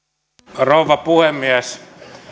rouva puhemies